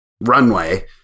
runway